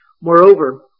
Moreover